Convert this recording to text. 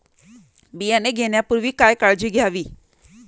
बियाणे घेण्यापूर्वी काय काळजी घ्यावी?